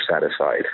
satisfied